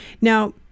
Now